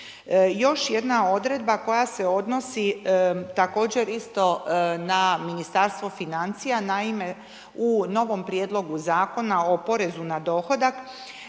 Još jedna odredba koja se odnosi također isto na Ministarstvo financija. Naime, u novom prijedlogu Zakona o porezu na dohodak